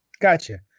Gotcha